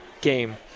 game